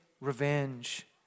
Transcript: revenge